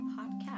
Podcast